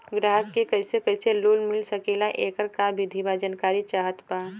ग्राहक के कैसे कैसे लोन मिल सकेला येकर का विधि बा जानकारी चाहत बा?